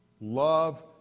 Love